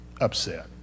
upset